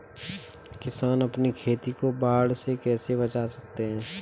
किसान अपनी खेती को बाढ़ से कैसे बचा सकते हैं?